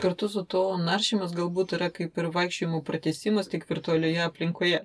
kartu su to naršymas galbūt yra kaip ir vaikščiojimų pratęsimas tik virtualioje aplinkoje